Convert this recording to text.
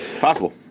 Possible